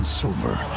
silver